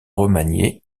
remaniés